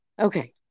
okay